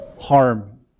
harm